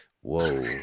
Whoa